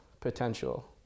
potential